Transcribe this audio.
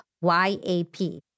Y-A-P